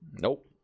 Nope